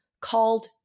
called